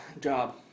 job